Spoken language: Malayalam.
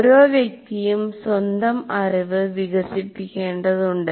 ഓരോ വ്യക്തിയും സ്വന്തം അറിവ് വികസിപ്പിക്കേണ്ടതുണ്ട്